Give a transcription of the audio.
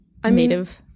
Native